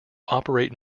operate